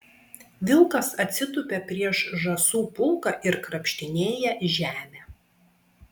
vilkas atsitupia prieš žąsų pulką ir krapštinėja žemę